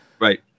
right